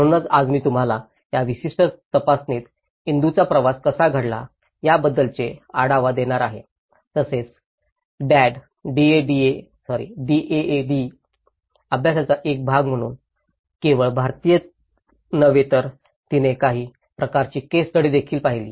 म्हणूनच आज मी तुम्हाला या विशिष्ट तपासणीत इंदूचा प्रवास कसा घडला याबद्दलचे आढावा देणार आहे तसेच दाद अभ्यासकांचा एक भाग म्हणून केवळ भारतातीलच नव्हे तर तिने काही प्रकारची केस स्टडीदेखील पाहिली